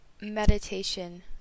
meditation